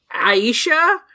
Aisha